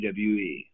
WWE